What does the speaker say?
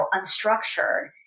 unstructured